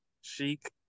chic